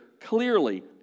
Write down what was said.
clearly